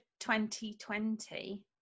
2020